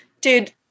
dude